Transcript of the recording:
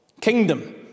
Kingdom